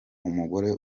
umugore